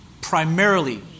primarily